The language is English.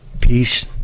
Peace